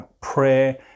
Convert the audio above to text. prayer